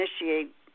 initiate